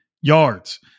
yards